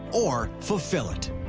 or fulfill it?